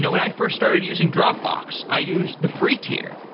when i first started using dropbox, i used the free tier,